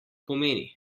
pomeni